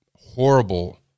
horrible